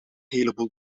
heleboel